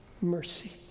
Mercy